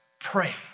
pray